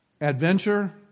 adventure